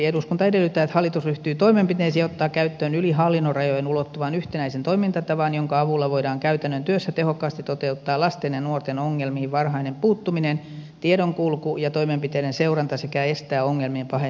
eduskunta edellyttää että hallitus ryhtyy toimenpiteisiin ja ottaa käyttöön yli hallinnonrajojen ulottuvan yhtenäisen toimintatavan jonka avulla voidaan käytännön työssä tehokkaasti toteuttaa lasten ja nuorten ongelmiin varhainen puuttuminen tiedonkulku ja toimenpiteiden seuranta sekä estää ongelmien paheneminen